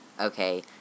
okay